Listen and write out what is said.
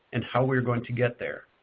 and how we're going to get there.